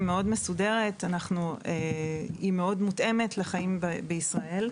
מסודרת מאוד והיא מותאמת מאוד לחיים בישראל.